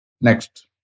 Next